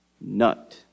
Nut